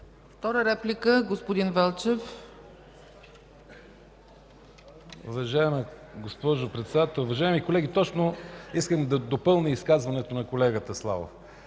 уважаеми колеги, точно искам да допълня изказването на колегата Славов.